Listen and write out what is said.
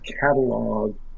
catalog